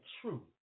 true